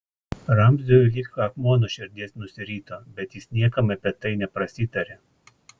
ramziui lyg akmuo nuo širdies nusirito bet jis niekam apie tai neprasitarė